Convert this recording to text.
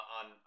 on